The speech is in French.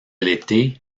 l’été